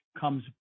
comes